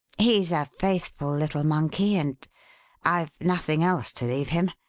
he's a faithful little monkey and i've nothing else to leave him.